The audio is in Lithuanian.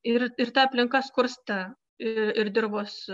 ir ir ta aplinka skursta ir dirvos